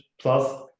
plus